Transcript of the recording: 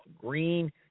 green